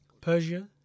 Persia